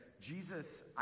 Jesus